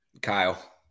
Kyle